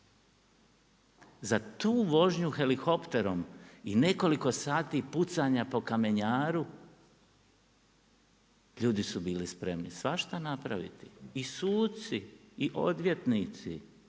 Za tu vožnju helikopterom i nekoliko sati pucanja po kamenjaru ljudi su bili spremni svašta napraviti i suci i odvjetnici